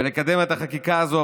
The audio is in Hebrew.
לקדם את החקיקה הזו,